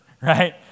right